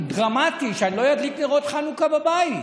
דרמטי שאני לא אדליק נרות חנוכה בבית.